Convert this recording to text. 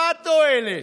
מה התועלת?